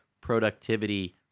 productivity